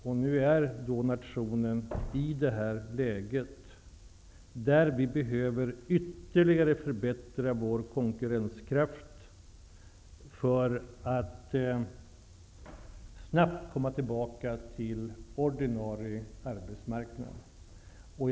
Nationen befinner sig nu i ett läge där konkurrenskraften ytterligare måste förbättras för att vi snabbt skall kunna få tillbaka den ordinarie arbetsmarknaden.